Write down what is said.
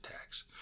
tax